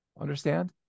Understand